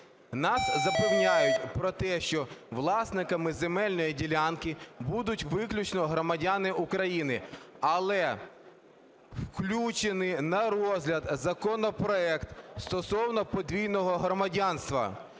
Нас запевняють про те, що власниками земельної ділянки будуть виключно громадяни України. Але включений на розгляд законопроект стосовно подвійного громадянства.